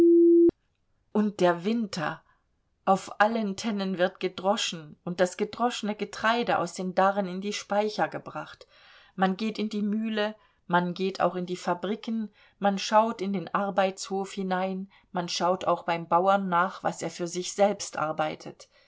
und der winter auf allen tennen wird gedroschen und das gedroschene getreide aus den darren in die speicher gebracht man geht in die mühle man geht auch in die fabriken man schaut in den arbeitshof hinein man schaut auch beim bauern nach was er für sich selbst arbeitet